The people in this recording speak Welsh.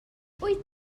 wyt